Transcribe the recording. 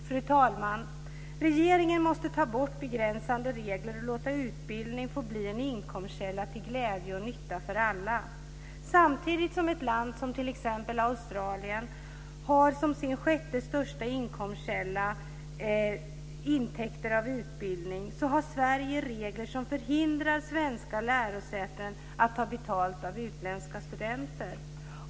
Fru talman! Regeringen måste ta bort begränsande regler och låta utbildning få bli en inkomstkälla till glädje och nytta för alla. Samtidigt som ett land som t.ex. Australien har intäkter av utbildning som sin sjätte största inkomstkälla har Sverige regler som förhindrar svenska lärosäten att ta betalt av utländska studenter.